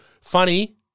funny